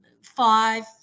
five